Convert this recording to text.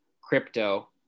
crypto